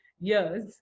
years